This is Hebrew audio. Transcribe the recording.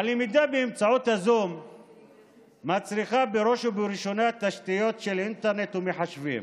הלמידה באמצעות הזום מצריכה בראש ובראשונה תשתיות אינטרנט ומחשבים.